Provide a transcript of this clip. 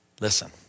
Listen